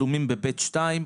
התשלומים ב-(ב)(2),